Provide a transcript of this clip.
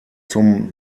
zum